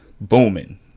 booming